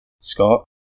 Scott